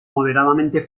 moderadamente